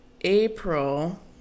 April